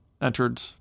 entered